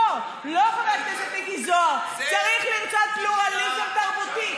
חבר הכנסת מיקי זוהר, צריך לרצות פלורליזם תרבותי.